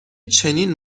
چنین